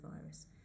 virus